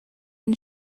and